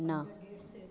न